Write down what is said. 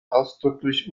ausdrücklich